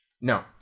No